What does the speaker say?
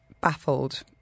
baffled